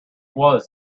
was